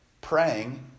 praying